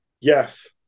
Yes